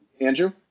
Andrew